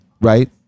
right